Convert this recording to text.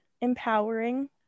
empowering